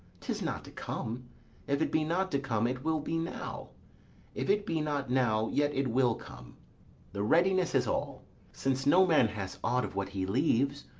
tis not to come if it be not to come, it will be now if it be not now, yet it will come the readiness is all since no man has aught of what he leaves,